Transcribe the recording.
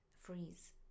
Freeze